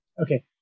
Okay